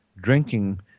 drinking